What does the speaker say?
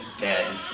dead